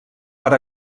per